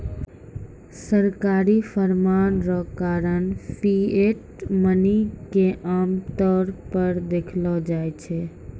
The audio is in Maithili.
सरकारी फरमान रो कारण फिएट मनी के आमतौर पर देखलो जाय छै